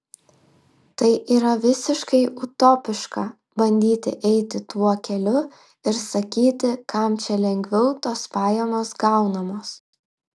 tai yra visiškai utopiška bandyti eiti tuo keliu ir sakyti kam čia lengviau tos pajamos gaunamos